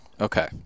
okay